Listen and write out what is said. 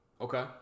Okay